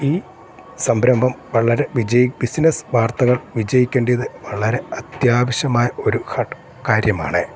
ഈ സംരംഭം വളരെ വിജയി ബിസിനസ് വാർത്തകൾ വിജയിക്കേണ്ടിയത് വളരെ അത്യാവശ്യമായ ഒരു കാര്യമാണ്